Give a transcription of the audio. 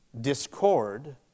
discord